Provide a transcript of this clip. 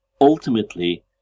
ultimately